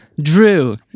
Drew